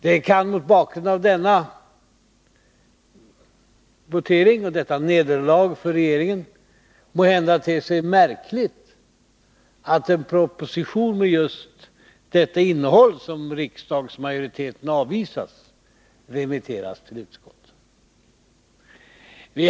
Det kan mot bakgrund av denna votering och detta nederlag för regeringen måhända te sig märkligt att en proposition med just det innehåll som riksdagsmajoriteten har avvisat remitteras till utskott.